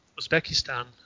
Uzbekistan